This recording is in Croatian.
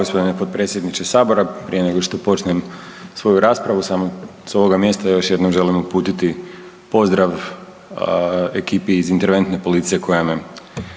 Hvala gospodine potpredsjedniče Sabora. Prije nego što počnem svoju raspravu samo sa ovoga mjesta još jednom želim uputiti pozdrav ekipi iz Interventne policije koja me